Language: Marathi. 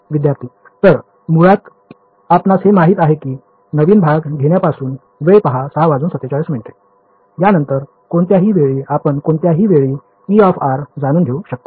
विद्यार्थी तर मुळात आपणास हे माहित आहे की नवीन भाग घेण्यापासून यानंतर कोणत्याही वेळी आपण कोणत्याही वेळी E जाणून घेऊ शकता